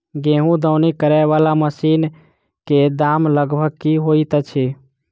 गेंहूँ दौनी करै वला मशीन कऽ दाम लगभग की होइत अछि?